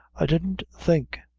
i didn't think,